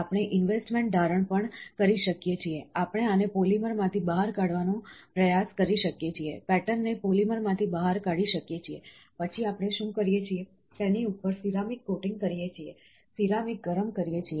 આપણે ઇન્વેસ્ટમેન્ટ ઢારણ પણ કરી શકીએ છીએ આપણે આને પોલિમરમાંથી બહાર કાઢવાનો પ્રયાસ કરી શકીએ છીએ પેટર્ન ને પોલિમરમાંથી બહાર કાઢી શકીએ છીએ પછી આપણે શું કરીએ છીએ તેની ઉપર સિરામિક કોટિંગ કરીએ છીએ સિરામિક ગરમ કરીએ છીએ